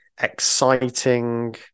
exciting